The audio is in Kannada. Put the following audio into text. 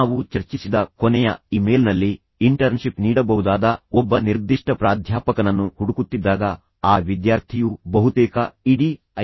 ನಾವು ಚರ್ಚಿಸಿದ ಕೊನೆಯ ಇಮೇಲ್ನಲ್ಲಿ ಇಂಟರ್ನ್ಶಿಪ್ ನೀಡಬಹುದಾದ ಒಬ್ಬ ನಿರ್ದಿಷ್ಟ ಪ್ರಾಧ್ಯಾಪಕನನ್ನು ಹುಡುಕುತ್ತಿದ್ದಾಗ ಆ ವಿದ್ಯಾರ್ಥಿಯು ಬಹುತೇಕ ಇಡೀ ಐ